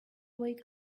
wake